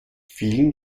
vielen